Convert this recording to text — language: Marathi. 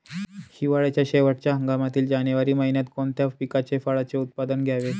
हिवाळ्याच्या शेवटच्या हंगामातील जानेवारी महिन्यात कोणत्या पिकाचे, फळांचे उत्पादन घ्यावे?